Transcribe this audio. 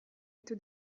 into